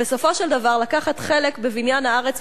ובסופו של דבר לקחת חלק בבניין הארץ